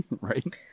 right